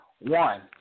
One